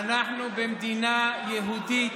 אנחנו במדינה יהודית.